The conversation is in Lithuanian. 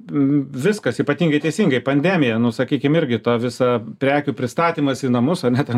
viskas ypatingai teisingai pandemija nu sakykim irgi ta visa prekių pristatymas į namus ane ten